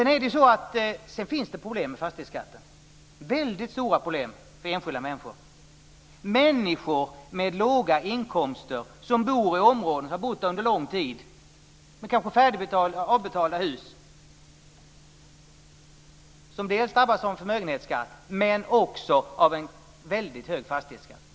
När det gäller fastighetsskatten finns det förvisso väldigt stora problem för enskilda människor som har låga inkomster och som under en lång tid bott i samma område och som kanske har avbetalda hus. De drabbas av förmögenhetsskatt och också av en väldigt hög fastighetsskatt.